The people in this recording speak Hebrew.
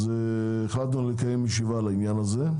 החלטנו לקיים ישיבה בעניין הזה.